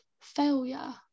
failure